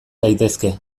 daitezke